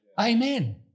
amen